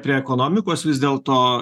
prie ekonomikos vis dėlto